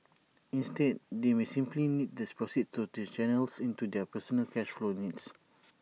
instead they may simply need the proceeds to channel into their personal cash flow needs